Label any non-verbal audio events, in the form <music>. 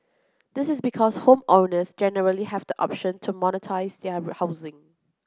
this is because homeowners generally have the option to monetise their <unintelligible> housing